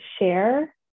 share